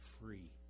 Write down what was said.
free